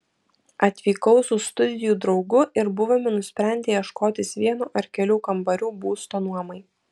atvykau su studijų draugu ir buvome nusprendę ieškotis vieno ar kelių kambarių būsto nuomai